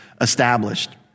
established